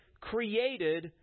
created